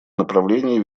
направлении